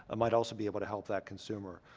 might also be able to help that consumer.